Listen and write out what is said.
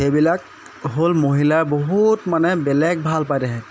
সেইবিলাক হ'ল মহিলাৰ বহুত মানে বেলেগ ভাল পায় তেখে